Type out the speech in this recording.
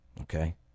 Okay